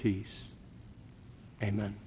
peace and then